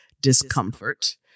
discomfort